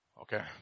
Okay